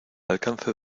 alcance